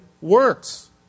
works